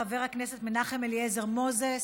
חבר כנסת מנחם אליעזר מוזס,